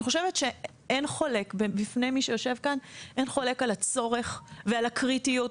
אני חושבת שאין חולק בפני מי שיושב כאן על הצורך ועל הקריטיות.